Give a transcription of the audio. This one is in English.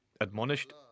admonished